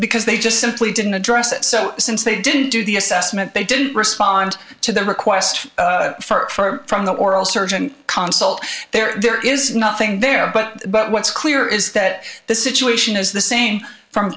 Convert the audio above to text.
because they just simply didn't address it so since they didn't do the assessment they didn't respond to the request for from the oral surgeon console there is nothing there but but what's clear is that the situation is the same from